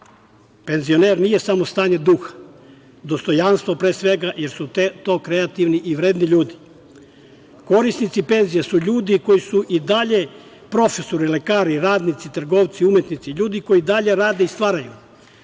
Penzioner nije samo stanje duha. Dostojanstvo, pre svega, jer su to kreativni i vredni ljudi. Korisnici penzija su ljudi koji su i dalje profesori, lekari, radnici, trgovci, umetnici, ljudi koji i dalje rade i stvaraju.